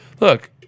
look